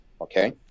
Okay